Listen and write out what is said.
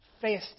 fasting